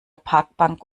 parkbank